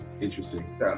Interesting